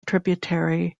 tributary